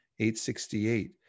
868